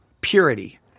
purity